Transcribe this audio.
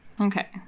Okay